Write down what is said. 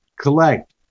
Collect